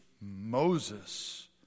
Moses